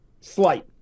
Slight